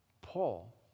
Paul